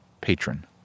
patron